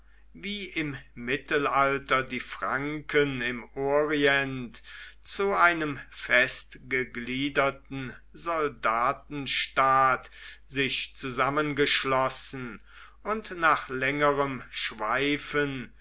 wie im mittelalter die franken im orient zu einem festgegliederten soldatenstaat sich zusammengeschlossen und nach längerem schweifen